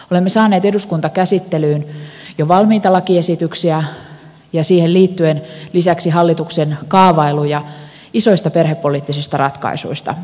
olemme saaneet eduskuntakäsittelyyn jo valmiita lakiesityksiä ja siihen liittyen lisäksi hallituksen kaavailuja isoista perhepoliittisista ratkaisuista